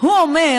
זנדברג, זה תורה.